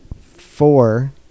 four